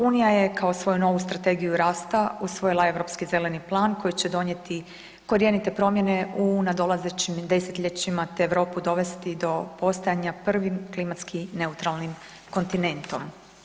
Unija je kao svoju novu strategiju rasta usvojila Europski zeleni plan koji će donijeti korijenite promjene u nadolazećim desetljećima te Europu dovesti do postajanja prvim klimatski neutralnim kontinentom.